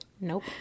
Nope